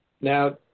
Now